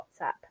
WhatsApp